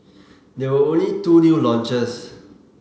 there were only two new launches